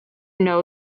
know